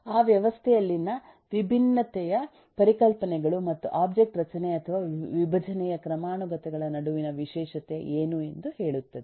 ಆ ವ್ಯವಸ್ಥೆಯಲ್ಲಿನ ವಿಭಿನ್ನತೆಯ ಪರಿಕಲ್ಪನೆಗಳು ಮತ್ತು ಆಬ್ಜೆಕ್ಟ್ ರಚನೆ ಅಥವಾ ವಿಭಜನೆಯ ಕ್ರಮಾನುಗತಗಳ ನಡುವಿನ ವಿಶೇಷತೆ ಏನು ಎಂದು ಹೇಳುತ್ತದೆ